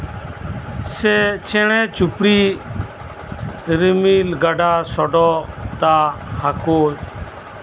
ᱥᱮ ᱪᱮᱬᱮ ᱪᱩᱯᱲᱤ ᱨᱤᱢᱤᱞ ᱜᱟᱰᱟ ᱥᱚᱰᱚᱜ ᱫᱟᱜ ᱦᱟᱹᱠᱩ